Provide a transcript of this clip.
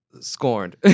scorned